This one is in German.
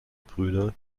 brüder